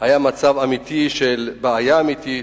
היה מצב של בעיה אמיתית.